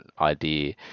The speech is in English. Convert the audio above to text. idea